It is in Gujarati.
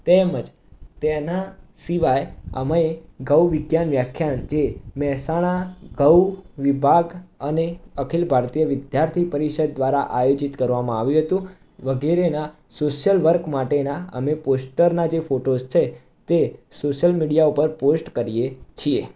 તેમજ તેના સિવાય અમે ગૌવિજ્ઞાન વાખ્યાન જે મહેસાણા ગૌ વિભાગ અને અખિલ ભારતીય વિદ્યાર્થી પરિષદ દ્વારા આયોજિત કરવામાં આવ્યું હતું વગેરેના સોશિયલ વર્ક માટેના અમે પોસ્ટરના જે ફોટોઝ છે તે સોશિયલ મીડિયા ઉપર પોસ્ટ કરીએ છીએ